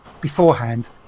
beforehand